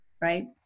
right